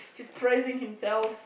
he's praising himself